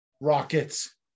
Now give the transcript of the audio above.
Rockets